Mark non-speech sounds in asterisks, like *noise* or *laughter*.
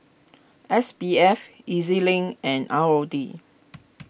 S B F E Z Link and R O D *noise*